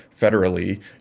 federally